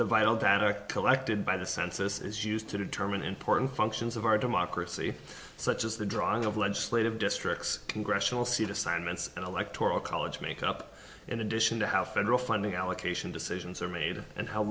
collected by the census is used to determine important functions of our democracy such as the drawing of legislative districts congressional seat assignments in electoral college make up in addition to how federal funding allocation decisions are made and how